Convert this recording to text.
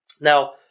Now